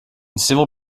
civil